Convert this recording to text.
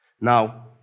Now